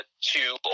two